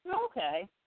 Okay